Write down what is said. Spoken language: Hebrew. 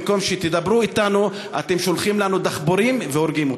במקום שתדברו אתנו אתם שולחים לנו דחפורים והורגים אותנו.